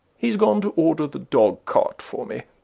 he's gone to order the dog-cart for me.